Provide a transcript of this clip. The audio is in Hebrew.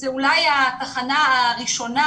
זו אולי התחנה הראשונה,